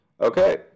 Okay